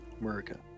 America